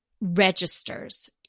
Registers